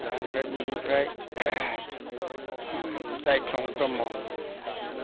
ओमफ्राय बिनिफ्राय जायख्लं ब्रह्म